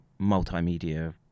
multimedia